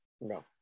No